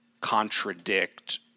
contradict